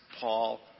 Paul